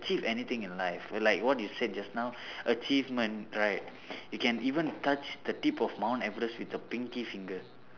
achieve anything in life like what you said just know achievement right you can even touch the tip of mount everest with a pinky finger